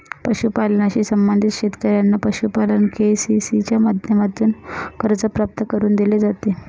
पशुपालनाशी संबंधित शेतकऱ्यांना पशुपालन के.सी.सी च्या माध्यमातून कर्ज प्राप्त करून दिले जाते